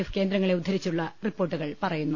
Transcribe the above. F കേന്ദ്രങ്ങളെ ഉദ്ധരിച്ചുള്ള റിപ്പോർട്ടുകൾ പറയുന്നു